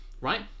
right